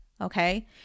Okay